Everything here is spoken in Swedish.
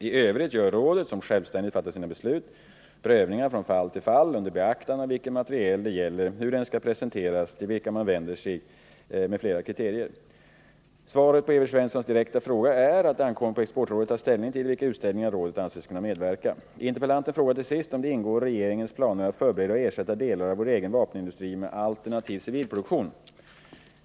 I övrigt gör rådet, som självständigt fattar sina beslut, prövningar från fall till fall under beaktande av vilken materiel det gäller, hur den skall presenteras, till vilka man vänder sig m.fl. kriterier. Svaret på Evert Svenssons direkta fråga är att det ankommer på exportrådet att ta ställning till i vilka utställningar rådet anser sig kunna medverka. Interpellanten frågar till sist om det ingår i regeringens planer att förbereda och ersätta delar av vår egen vapenindustri med alternativ civilproduktion.